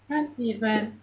not even